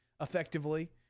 effectively